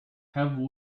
have